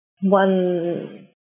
one